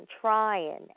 trying